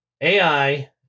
AI